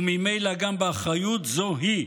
וממילא גם באחריות, זו היא,